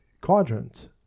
quadrant